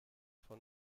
von